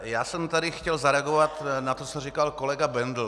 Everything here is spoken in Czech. Já jsem tady chtěl zareagovat na to, co říkal kolega Bendl.